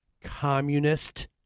Communist